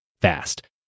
fast